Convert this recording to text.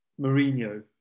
Mourinho